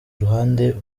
ruhande